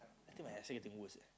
I think my accent getting worse eh